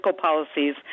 policies